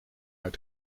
uit